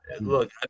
Look